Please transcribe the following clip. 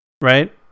right